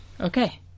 Okay